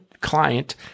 client